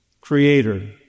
Creator